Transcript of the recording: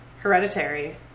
Hereditary